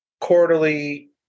quarterly